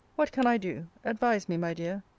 what can i do? advise me, my dear.